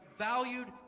valued